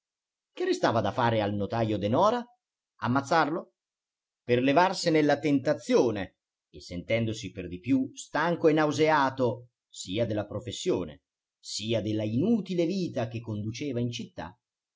che restava da fare al notajo denora ammazzarlo per levarsene la tentazione e sentendosi per di più stanco e nauseato sia della professione sia della inutile vita che conduceva in città